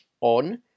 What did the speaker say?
on